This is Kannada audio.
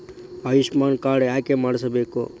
ಆಯುಷ್ಮಾನ್ ಕಾರ್ಡ್ ಯಾಕೆ ಮಾಡಿಸಬೇಕು?